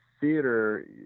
Theater